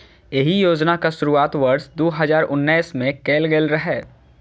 एहि योजनाक शुरुआत वर्ष दू हजार उन्नैस मे कैल गेल रहै